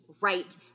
right